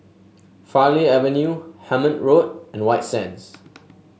Farleigh Avenue Hemmant Road and White Sands